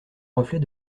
reflet